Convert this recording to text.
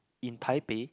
in Taipei